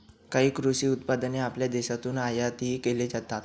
काही कृषी उत्पादने आपल्या देशाकडून आयातही केली जातात